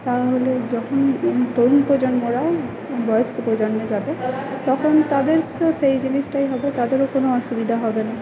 তাহলে যখন তরুণ প্রজন্মরা বয়স্ক প্রজন্মে যাবে তখন তাদের সেই জিনিসটাই হবে তাদেরও কোন অসুবিধা হবে না